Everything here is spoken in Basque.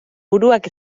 buruak